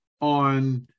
on